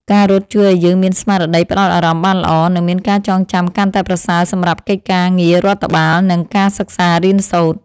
ការរត់ជួយឱ្យយើងមានស្មារតីផ្ដោតអារម្មណ៍បានល្អ និងមានការចងចាំកាន់តែប្រសើរសម្រាប់កិច្ចការងាររដ្ឋបាល និងការសិក្សារៀនសូត្រ។